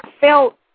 felt